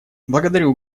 благодарю